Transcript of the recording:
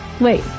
Wait